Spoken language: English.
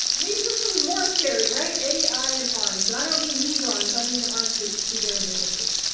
maybe this one is more scary, right? ai and arms, and i don't mean these arms, i mean the arms that you see there in the pictures.